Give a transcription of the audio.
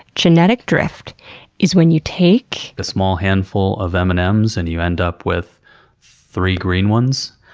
genetic drift is when you take. a small handful of m and m's and you end up with three green ones